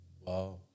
Wow